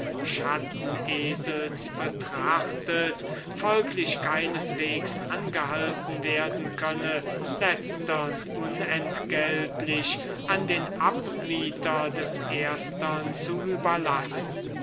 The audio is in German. schattenesels betrachtet folglich keineswegs angehalten werden könne letztern ohnentgeltlich an den abmieter des erstern zu überlassen